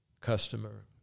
customer